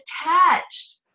attached